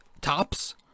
Tops